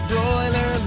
Broiler